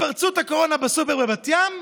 התפרצות הקורונה בסופר בבת ים,